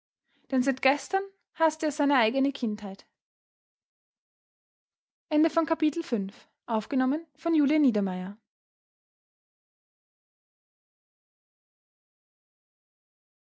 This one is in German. denn seit gestern haßte er seine eigene kindheit